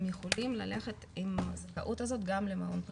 יכולים ללכת עם הזכאות הזאת גם למעון פרטי,